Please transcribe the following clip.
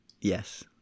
Yes